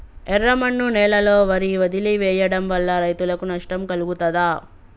ఎర్రమన్ను నేలలో వరి వదిలివేయడం వల్ల రైతులకు నష్టం కలుగుతదా?